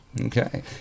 Okay